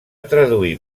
traduir